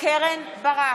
קרן ברק,